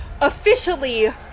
officially